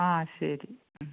ആ ശരി ഉം